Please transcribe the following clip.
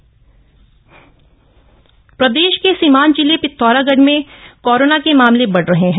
corona Pithoragarh प्रदेश के सीमांत जिले पिथौराणढ़ में कोरोना के मामले बढ़ रहे हैं